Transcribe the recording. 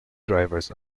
drivers